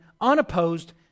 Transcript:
unopposed